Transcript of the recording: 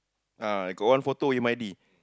ah I got one photo in my D